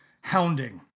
hounding